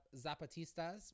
Zapatistas